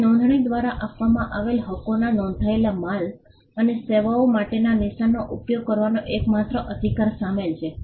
હવે નોંધણી દ્વારા આપવામાં આવેલા હકોમાં નોંધાયેલા માલ અને સેવાઓ માટેના નિશાનનો ઉપયોગ કરવાનો એકમાત્ર અધિકાર શામેલ છે